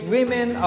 Women